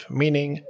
meaning